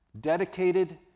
dedicated